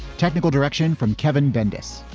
technical direction from kevin bendis.